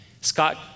Scott